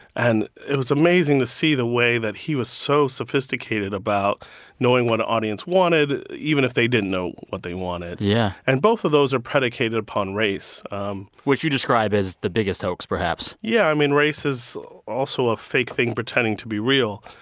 and it was amazing to see the way that he was so sophisticated about knowing what an audience wanted even if they didn't know what they wanted yeah and both of those are predicated upon race um which you describe as the biggest hoax, perhaps yeah. i mean, race is also a fake thing pretending to be real.